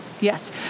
Yes